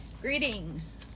greetings